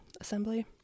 Assembly